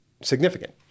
significant